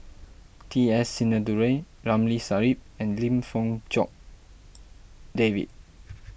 T S Sinnathuray Ramli Sarip and Lim Fong Jock David